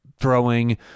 throwing